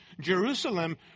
Jerusalem